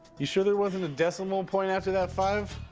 you sure there wasn't a decimal point after that five?